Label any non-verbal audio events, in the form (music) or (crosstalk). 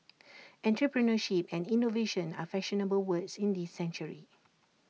(noise) entrepreneurship and innovation are fashionable words in this century